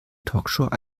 talkshow